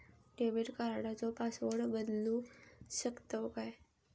Debit कार्डचो password बदलु शकतव काय?